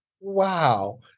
wow